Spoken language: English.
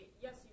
yes